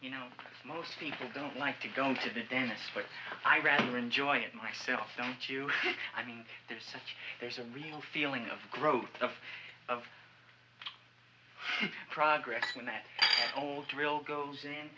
you know most people don't like to go to the dentist but i rather enjoy it myself don't you i mean there's such there's a real feeling of growth of of progress when that old drill goes in